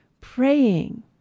praying